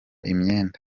imyenda